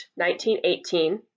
1918